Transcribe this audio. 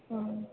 अ